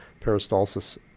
peristalsis